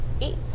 eight